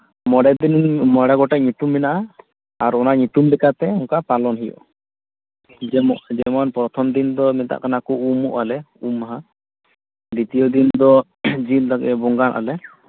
ᱢᱚᱬᱮᱫᱤᱱ ᱢᱚᱬᱮ ᱜᱚᱴᱮᱡ ᱧᱩᱛᱩᱢ ᱢᱮᱱᱟᱜᱼᱟ ᱟᱨ ᱚᱱᱟ ᱧᱩᱛᱩᱢ ᱪᱮᱫᱠᱟ ᱚᱱᱠᱟ ᱯᱟᱞᱚᱱ ᱦᱩᱭᱩᱜᱼᱟ ᱡᱮᱢᱚᱱ ᱡᱮᱢᱚᱱ ᱯᱨᱚᱛᱷᱚᱢ ᱫᱤᱱ ᱫᱚ ᱢᱮᱛᱟᱜ ᱠᱟᱱᱟ ᱠᱚ ᱩᱢᱩᱜ ᱟᱞᱮ ᱩᱢ ᱢᱟᱦᱟ ᱫᱤᱛᱭᱚ ᱫᱤᱱ ᱫᱚ ᱡᱤᱞ ᱫᱟᱠᱟ ᱵᱚᱸᱜᱟ ᱟᱞᱮ